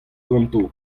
ganto